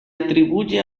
atribuye